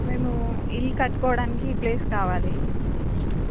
మేము ఇల్లు కట్టుకోవడానికి ప్లేస్ కావాలి